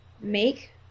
make